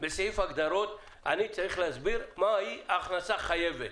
בסעיף הגדרות אני צריך להסביר מה היא הכנסה חייבת.